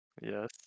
Yes